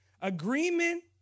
Agreement